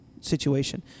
situation